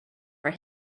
for